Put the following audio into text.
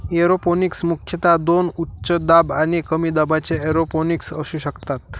aeroponics मुख्यतः दोन उच्च दाब आणि कमी दाबाच्या एरोपोनिक्स असू शकतात